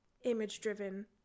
image-driven